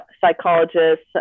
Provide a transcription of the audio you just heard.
psychologists